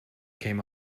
become